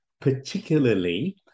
particularly